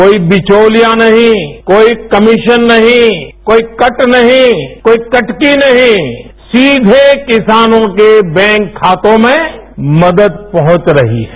कोई बिचौलिया नहीं कोई कमीशन नहीं कोई कट नहीं कोई कटती नहीं सीधे किसानों के बैंक खातों में मदद पहुंच रही है